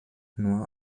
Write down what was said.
nur